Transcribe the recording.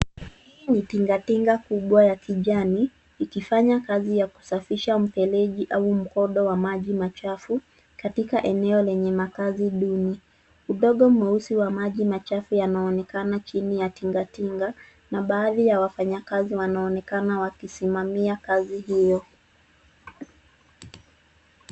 Tingatinga kubwa ya kijani ikifanya kazi ya kusafisha mfereji au mkondo wa maji machafu katika eneo lenye makazi duni. Udongo mweusi wa maji machafu yanaonekana chini ya tingatinga na baadhi ya wafanyikazi wanaonekana wakisimamia kazi hiyo.